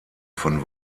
von